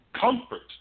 comfort